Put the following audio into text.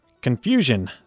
Confusion